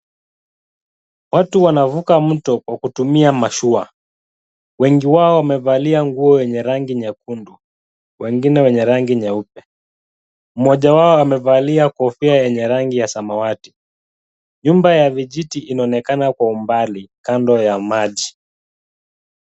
Watu wanavuga mto kwa kutumia mashua, wengi wao wamevalia nguo enye rangi nyekundu, wengine wenye rangi nyeupe, mmoja wao amevalia kofia enye rangi ya samawati. Nyumba ya vijiti inaonekana kwa umbali kando ya maji.